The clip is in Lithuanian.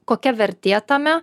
kokia vertė tame